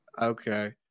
Okay